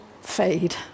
fade